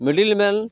middle man